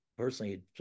personally